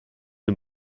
den